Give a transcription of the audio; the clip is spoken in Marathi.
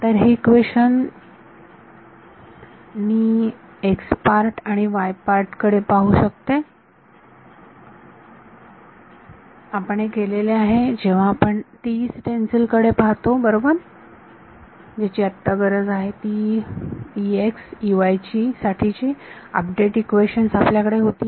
तर हे इक्वेशन मी x पार्ट आणि y पार्ट कडे पाहू शकते आपण हे केलेले आहे जेव्हा आपण TE स्टेन्सिल कडे पाहतो बरोबर ज्याची आत्ता गरज आहे ती साठी ची अपडेट इक्वेशन्स आपल्याकडे होती